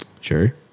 Sure